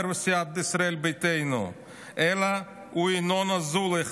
בסיעת ישראל ביתנו אלא הוא ינון אזולאי,